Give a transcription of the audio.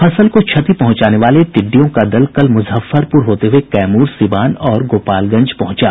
फसल को क्षति पहुंचाने वाले टिड्डियों का दल कल मुजफ्फरपुर होते हुये कैमूर सीवान और गोपालगंज पहुंचा